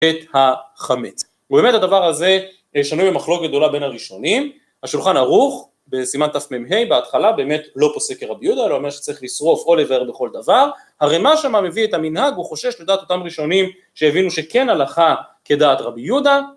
את החמץ. ובאמת הדבר הזה שנוי במחלוקת גדולה בין הראשונים, השולחן ארוך בסימן תמ"ה בהתחלה באמת לא פוסק כרבי יהודה, לא אומר שצריך לשרוף או לבאר בכל דבר הרי מה שמה מביא את המנהג הוא חושש לדעת אותם ראשונים שהבינו שכן הלכה כדעת רבי יהודה